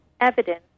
evidence